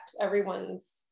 everyone's